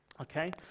Okay